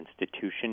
institution